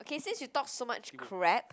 okay since you talk so much crap